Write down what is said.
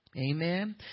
Amen